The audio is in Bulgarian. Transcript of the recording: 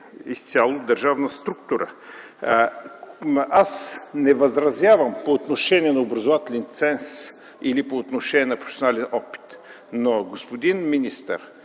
изцяло държавна структура. Аз не възразявам по отношение на образователен ценз или по отношение на професионален опит. Но, господин министър,